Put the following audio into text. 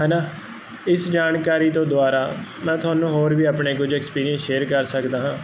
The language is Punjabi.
ਹਨਾ ਇਸ ਜਾਣਕਾਰੀ ਤੋਂ ਦੁਆਰਾ ਮੈਂ ਤੁਹਾਨੂੰ ਹੋਰ ਵੀ ਆਪਣੇ ਕੁਝ ਐਕਸਪੀਰੀਅੰਸ ਸ਼ੇਅਰ ਕਰ ਸਕਦਾ ਹਾਂ